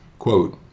Quote